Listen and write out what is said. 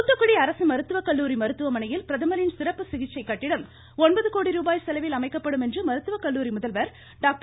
தூத்துக்குடி தூத்துக்குடி அரசு மருத்துவக்கல்லூரி மருத்துவமனையில் பிரதமரின் சிறப்பு சிகிச்சை கட்டிடம் ருபாய் செலவில் அமைக்கப்படும் என்று மருத்துவக்கல்லூரி முதல்வர் டாக்டர்